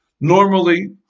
normally